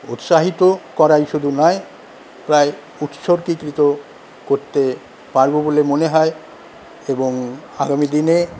উৎসাহিত করাই শুধু নয় প্রায় উৎসর্গীকৃত করতে পারবো বলে মনে হয় এবং আগামী দিনে